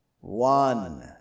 one